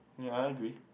yeah I agree